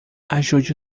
ajude